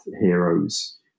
heroes